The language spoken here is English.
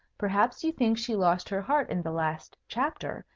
perhaps you think she lost her heart in the last chapter,